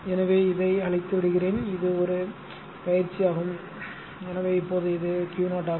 எனவே இதை அழித்து விடுகிறேன் இது ஒரு பயிற்சியாகும் எனவே இப்போது இது Q0 ஆகும்